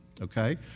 okay